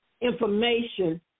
information